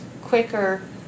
quicker